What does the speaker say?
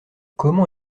comment